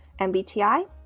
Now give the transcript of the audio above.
MBTI